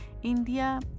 India